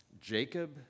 Jacob